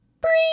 Bring